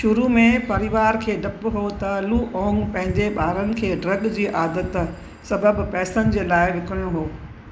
शुरू में परिवार खे डपु हुओ त लुओंग पंहिंजे ॿारनि खे ड्रग जी आदत सबबि पैसनि जे लाइ विकिणियो हुओ